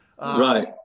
Right